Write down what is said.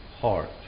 heart